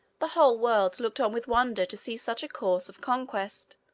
the whole world looked on with wonder to see such a course of conquest,